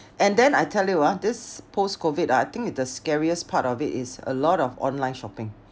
and then I tell you ah this post COVID ah I think the scariest part of it is a lot of online shopping